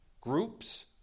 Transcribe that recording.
groups